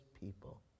people